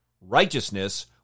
Righteousness